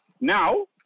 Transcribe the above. Now